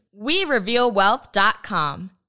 WeRevealWealth.com